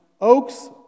Oaks